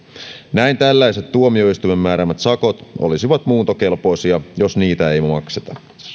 näin tällaiset tuomioistuimen määräämät sakot olisivat muuntokelpoisia jos niitä ei makseta